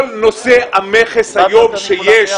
כל נושא המכס שיש היום,